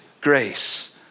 grace